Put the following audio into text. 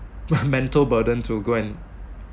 mental burden to go and